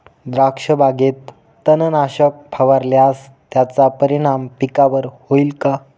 द्राक्षबागेत तणनाशक फवारल्यास त्याचा परिणाम पिकावर होईल का?